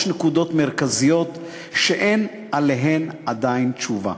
נקודות מרכזיות שאין עליהן עדיין תשובה: